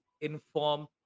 inform